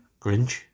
Grinch